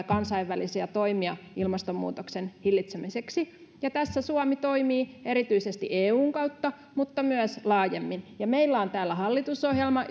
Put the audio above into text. kansainvälisiä toimia ilmastonmuutoksen hillitsemiseksi ja tässä suomi toimii erityisesti eun kautta mutta myös laajemmin meillä on täällä hallitusohjelma